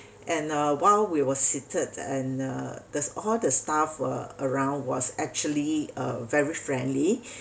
and uh while we were seated and uh there's all the staff were around was actually uh very friendly